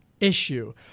Issue